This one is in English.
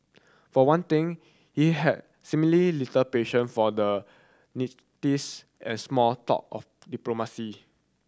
for one thing he had seemingly little patience for the niceties and small talk of diplomacy